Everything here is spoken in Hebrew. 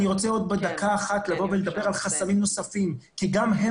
אני רוצה עוד דקה אחת לדבר על חסמים נוספים כי גם הם